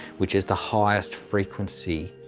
which is the highest frequency,